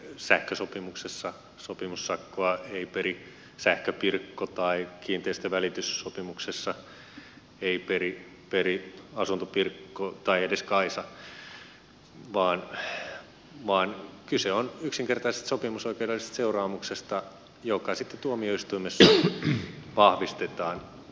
sähkösopimuksessa sopimussakkoa ei peri sähköpirkko kiinteistövälityssopimuksessa ei peri asuntopirkko tai edes kaisa vaan kyse on yksinkertaisesta sopimusoikeudellisesta seuraamuksesta joka sitten tuomioistuimessa vahvistetaan